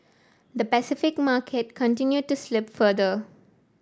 the Pacific market continued to slip further